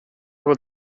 aber